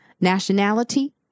nationality